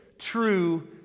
True